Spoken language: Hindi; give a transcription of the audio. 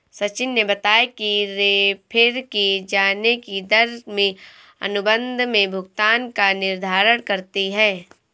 सचिन ने बताया कि रेफेर किये जाने की दर में अनुबंध में भुगतान का निर्धारण करती है